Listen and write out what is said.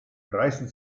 reißen